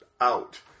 out